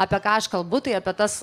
apie ką aš kalbu tai apie tas